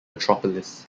metropolis